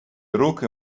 руки